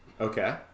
Okay